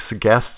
guests